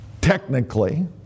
Technically